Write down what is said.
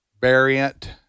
variant